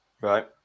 right